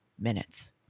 minutes